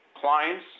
clients